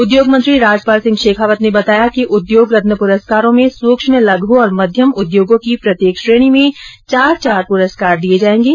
उद्योग मंत्री राजपाल सिंह शेखावत ने बताया कि उद्योग रत्न पुरस्कारों में सूक्ष्म लघू और मध्यम उद्योगों की प्रत्येक श्रेणी में चार चार पुरस्कार दिए जाएंगे